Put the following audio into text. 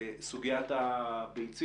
את סוגיית הביצים,